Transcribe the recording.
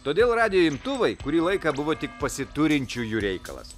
todėl radijo imtuvai kurį laiką buvo tik pasiturinčiųjų reikalas